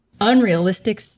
unrealistic